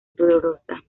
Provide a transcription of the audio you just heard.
dolorosa